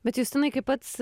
bet justinai kaip pats